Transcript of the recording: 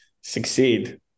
succeed